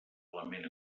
element